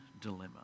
dilemma